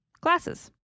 Glasses